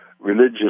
religious